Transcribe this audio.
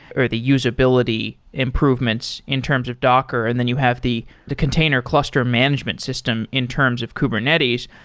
or the usability improvements in terms of docker. and then you have the the container cluster management system in terms of kubernetes.